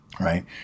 Right